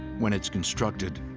when it's constructed,